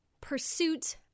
pursuit